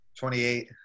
28